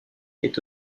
est